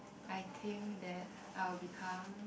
I think that I will become